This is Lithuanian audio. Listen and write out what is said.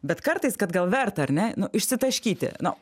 bet kartais kad gal verta ar ne nu išsitaškyti nu